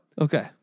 Okay